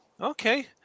Okay